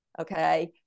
okay